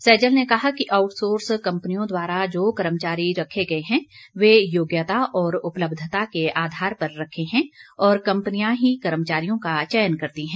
सैजल ने कहा कि आउटसोर्स कंपनियों द्वारा जो कर्मचारी रखे गए हैं वे योग्यता और उपलब्धता के आधार पर रखे हैं और कंपनियां ही कर्मचारियों का चयन करती हैं